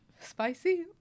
Spicy